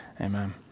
Amen